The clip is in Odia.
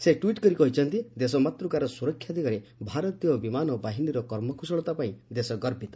ସେ ଟିଟ୍ କରି କହିଛନ୍ତି ଦେଶମାତ୍ତକାର ସ୍ୱରକ୍ଷା ଦିଗରେ ଭାରତୀୟ ବିମାନ ବାହିନୀର କର୍ମକୁଶଳତା ପାଇଁ ଦେଶ ଗର୍ବିତ